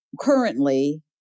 currently